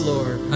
Lord